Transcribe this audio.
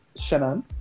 Shannon